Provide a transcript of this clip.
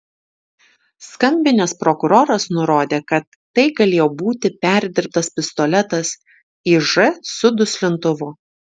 skambinęs prokuroras nurodė kad tai galėjo būti perdirbtas pistoletas iž su duslintuvu